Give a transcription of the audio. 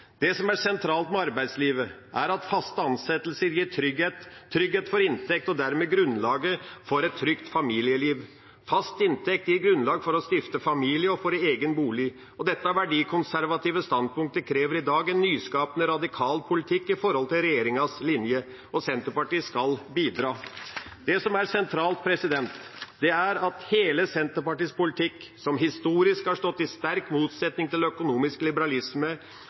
Det som er sentralt med arbeidslivet, er at faste ansettelser gir trygghet – trygghet for inntekt og dermed grunnlag for et trygt familieliv. Fast inntekt gir grunnlag for å stifte familie og for egen bolig. Dette er verdikonservative standpunkt. Det krever i dag en nyskapende, radikal politikk i forhold til regjeringas linje, og Senterpartiet skal bidra. Det som er sentralt, er at hele Senterpartiets politikk, som historisk har stått i sterk motsetning til økonomisk liberalisme,